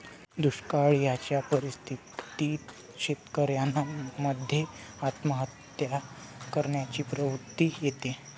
दुष्काळयाच्या परिस्थितीत शेतकऱ्यान मध्ये आत्महत्या करण्याची प्रवृत्ति येते